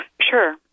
Sure